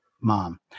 mom